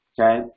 okay